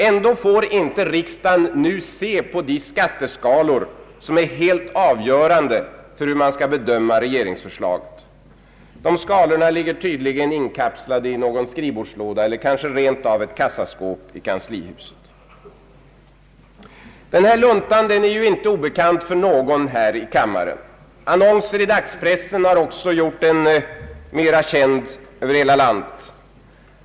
Ändå får inte riksdagen nu se de skatteskalor som är helt avgörande för hur vi skall bedöma regeringsförslaget. De skalorna ligger tydligen inkapslade i någon skrivbordslåda eller kanske rent av i ett kassaskåp i kanslihuset. Denna lunta är inte obekant för någon här i kammaren. Annonseringen i Statsverkspropositionen m.m. dagspressen har också gjort den känd över hela landet.